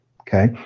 Okay